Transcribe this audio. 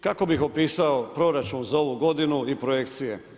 Kako bih opisao proračun za ovu godinu i projekcije?